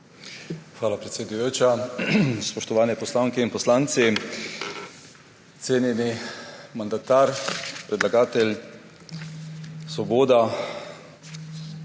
Hvala, predsedujoča. Spoštovane poslanke in poslanci, cenjeni mandatar, predlagatelj Svoboda!